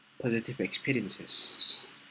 positive experiences